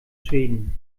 schweden